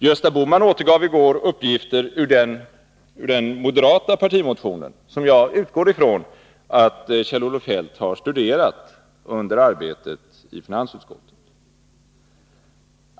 Gösta Bohman återgav i går uppgifter ur den moderata partimotionen, som jag utgår från att Kjell-Olof Feldt har studerat under arbetet i finansutskottet.